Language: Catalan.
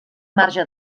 marge